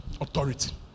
Authority